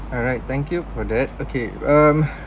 alright thank you for that okay um